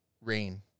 rain